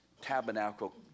tabernacle